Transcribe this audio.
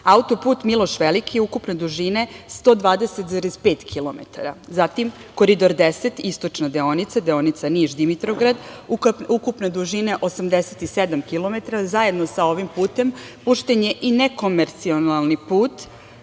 autoput „Miloš Veliki“ ukupne dužine 120,5 kilometara; zatim Koridor 10 – istočna deonica, deonica Niš-Dimitrovgrad, ukupne dužine 87 kilometara, zajedno sa ovim putem pušten i je i nekomercijalni put